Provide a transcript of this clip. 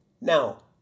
Now